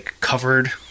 covered